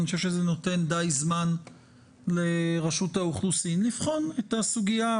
אני חושב שזה נותן די זמן לרשות האוכלוסין לבחון את הסוגיה.